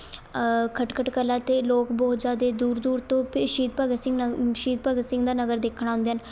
ਖਟਖਟ ਕਲਾਂ 'ਤੇ ਲੋਕ ਬਹੁਤ ਜ਼ਿਆਦਾ ਦੂਰ ਦੂਰ ਤੋਂ ਪ ਸ਼ਹੀਦ ਭਗਤ ਸਿੰਘ ਨ ਸ਼ਹੀਦ ਭਗਤ ਸਿੰਘ ਦਾ ਨਗਰ ਦੇਖਣ ਆਉਂਦੇ ਹਨ